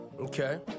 Okay